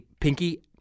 Pinky